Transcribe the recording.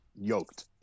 yoked